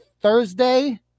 Thursday